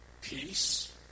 Peace